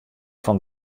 fan